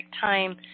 time